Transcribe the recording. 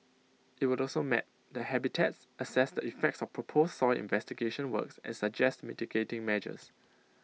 IT will also map the habitats assess the effects of proposed soil investigation works and suggest mitigating measures